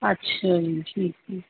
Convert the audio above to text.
ਅੱਛਾ ਜੀ ਠੀਕ ਹੈ